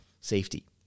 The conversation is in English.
safety